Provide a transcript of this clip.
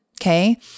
Okay